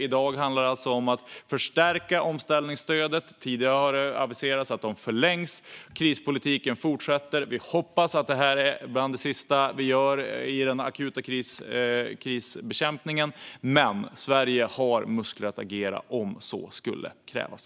I dag handlar det alltså om att förstärka omställningsstödet. Tidigare har det aviserats att det förlängs. Krispolitiken fortsätter. Vi hoppas att detta är bland det sista vi gör i den akuta krisbekämpningen, men Sverige har muskler att agera om så skulle krävas.